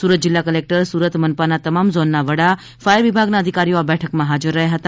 સુરત જિલ્લા કલેક્ટર સુરત મનપાના તમામ ઝોનના વડા ફાયર વિભાગના અધિકારીઓ આ બેઠકમાં હાજર રહ્યા હતા